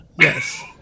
Yes